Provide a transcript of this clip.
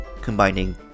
combining